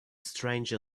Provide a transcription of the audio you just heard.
stranger